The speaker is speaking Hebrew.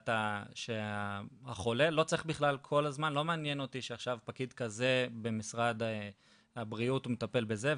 את החולה לא צריך לעניין שפקיד כזה ממשרד הבריאות מטפל בזה,